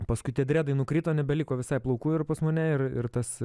paskui tie dredai nukrito nebeliko visai plaukų ir pas mane ir ir tas